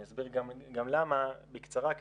אני אסביר גם למה, בקצרה, כי